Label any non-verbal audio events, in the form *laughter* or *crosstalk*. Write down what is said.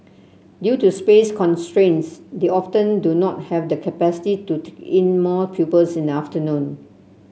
due to space constraints they often do not have the capacity to *unintelligible* in more pupils in afternoon